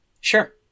Sure